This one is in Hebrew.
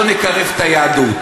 בוא נקרב את היהדות.